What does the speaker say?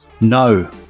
No